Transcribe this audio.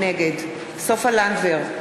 נגד סופה לנדבר,